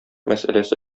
мәсьәләсе